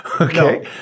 Okay